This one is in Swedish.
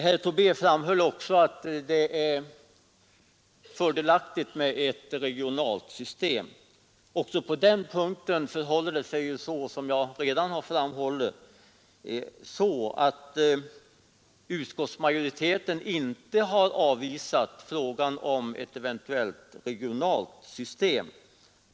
Herr Tobé framhöll också att det är fördelaktigt med ett regionalt system. Även på den punkten förhåller det sig så, som jag redan har framhållit, att utskottsmajoriteten inte har avvisat tanken på ett eventuellt regionalt system.